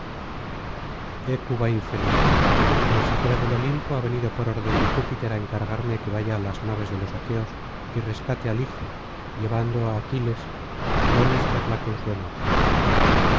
hécuba infeliz la mensajera del olimpo ha venido por orden de júpiter á encargarme que vaya á las naves de los aqueos y rescate al hijo llevando á aquiles dones que aplaquen su enojo